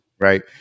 Right